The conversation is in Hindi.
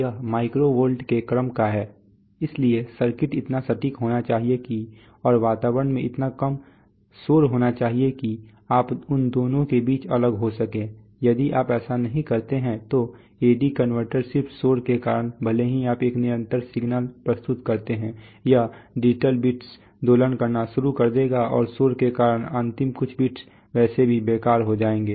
यह माइक्रो वोल्ट के क्रम का है इसलिए सर्किट इतना सटीक होना चाहिए कि और वातावरण में इतना कम शोर होना चाहिए कि आप उन दोनों के बीच अलग हो सकें यदि आप ऐसा नहीं करते हैं तो एडी कनवर्टर सिर्फ शोर के कारण भले ही आप एक निरंतर सिग्नल प्रस्तुत करते हैं यह डिजिटल बिट्स दोलन करना शुरू कर देगा और शोर के कारण अंतिम कुछ बिट्स वैसे भी बेकार हो जाएंगे